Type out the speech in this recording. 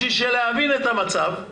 כדי להבין את המצב,